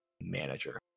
manager